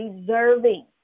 deserving